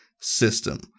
system